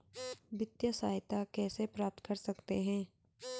वित्तिय सहायता कैसे प्राप्त कर सकते हैं?